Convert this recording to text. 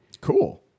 cool